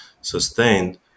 sustained